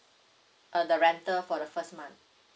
uh the rental for the first month